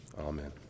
Amen